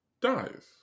dies